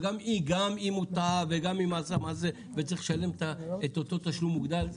וגם אם הוא טעה וצריך לשלם את אותו תשלום מוגדל,